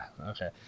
okay